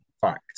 fact